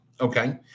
Okay